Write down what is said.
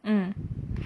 mm